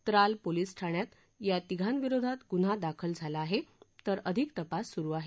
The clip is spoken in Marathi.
त्राल पोलीस ठाण्यात या तिघांविरोधात गुन्हा दाखल केला असून अधिक तपास सुरू आहे